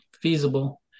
feasible